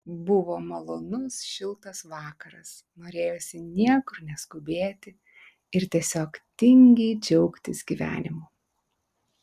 buvo malonus šiltas vakaras norėjosi niekur neskubėti ir tiesiog tingiai džiaugtis gyvenimu